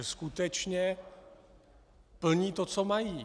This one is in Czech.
skutečně plní to, co mají.